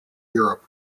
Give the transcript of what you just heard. europe